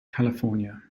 california